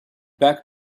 back